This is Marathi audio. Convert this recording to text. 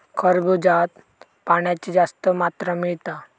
खरबूज्यात पाण्याची जास्त मात्रा मिळता